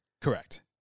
Correct